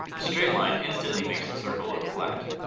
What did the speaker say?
a straight line instantly makes the circle look flat.